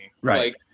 right